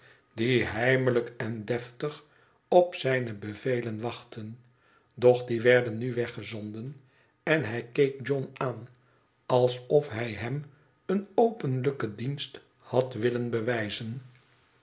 die heimelijk en deftig op zijne bevelen wachtten doch die werden nu weggezonden en hij keek john aan alsof hij hem een openlijken dienst had willen bewijzen